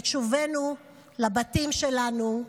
את שובנו לבתים שלנו,